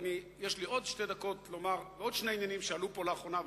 יש לי עוד שתי דקות לומר עוד שני עניינים שעלו פה לאחרונה,